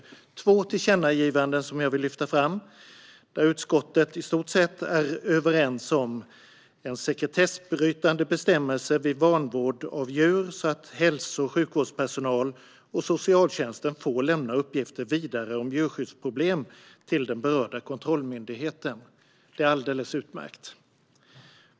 Det är två tillkännagivanden som jag vill lyfta fram där utskottet i stort sett är överens om en sekretessbrytande bestämmelse vid vanvård av djur, så att hälso och sjukvårdspersonal och socialtjänsten får lämna uppgifter vidare om djurskyddsproblem till den berörda kontrollmyndigheten. Det är alldeles utmärkt.